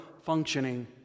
functioning